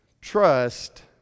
Trust